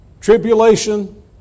tribulation